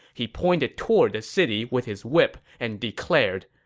he pointed toward the city with his whip and declared,